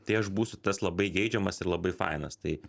tai aš būsiu tas labai geidžiamas ir labai fainas tai